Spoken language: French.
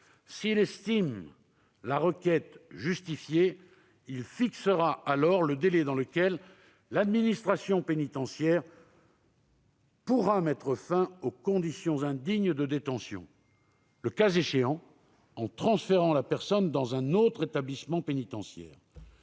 s'il estime la requête justifiée, il fixera le délai dans lequel l'administration pénitentiaire devra mettre fin aux conditions indignes de détention, le cas échéant en transférant la personne dans un autre établissement pénitentiaire.